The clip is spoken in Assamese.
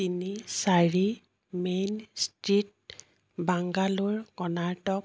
তিনি চাৰি মেইন ষ্ট্ৰীট বাংগালোৰ কৰ্ণাটক